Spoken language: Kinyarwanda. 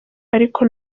ariko